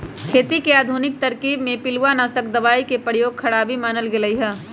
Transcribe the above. खेती के आधुनिक तरकिब में पिलुआनाशक दबाई के प्रयोग खराबी मानल गेलइ ह